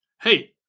Hey